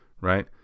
Right